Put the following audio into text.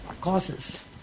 causes